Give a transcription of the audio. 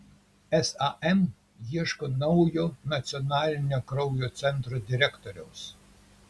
sam ieško naujo nacionalinio kraujo centro direktoriaus